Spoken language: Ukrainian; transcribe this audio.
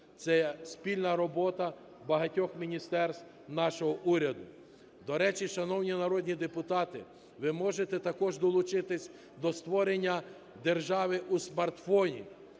Це спільна робота багатьох міністерств нашого уряду. До речі, шановні народні депутати, ви можете також долучитися до створення держави у смартфоні.